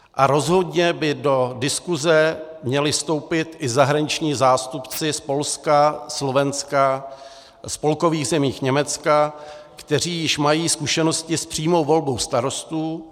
A rozhodně by do diskuse měli vstoupit i zahraniční zástupci z Polska, Slovenska, spolkových zemí Německa, kteří již mají zkušenosti s přímou volbou starostů.